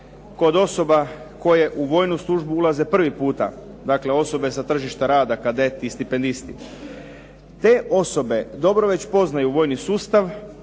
kod osoba koje u vojnu službu ulaze prvi puta, dakle osobe sa tržišta rada, kadeti i stipendisti. Te osobe dobro već poznaju vojni sustav,